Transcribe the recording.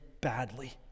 badly